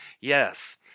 Yes